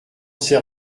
sais